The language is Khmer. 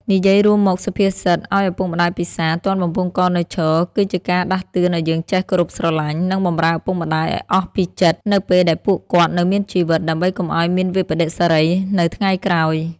និយាយរួមមក សុភាសិត ឲ្យឪពុកម្តាយពិសារ ទាន់បំពង់ករនៅឈរ គឺជាការដាស់តឿនឲ្យយើងចេះគោរពស្រឡាញ់ និងបម្រើឪពុកម្តាយឲ្យអស់ពីចិត្តនៅពេលដែលពួកគាត់នៅមានជីវិត ដើម្បីកុំឲ្យមានវិប្បដិសារីនៅថ្ងៃក្រោយ។